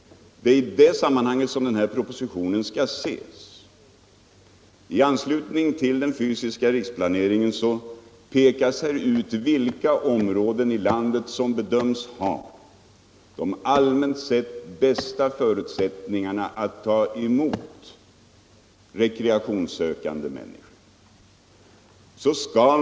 Det är i det sammanhanget som den framlagda propositionen skall ses. I propositionen pekas ut vilka områden här i landet som allmänt sett kan bedömas ha de bästa förutsättningarna för att ta emot rekreationssökande människor.